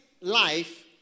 life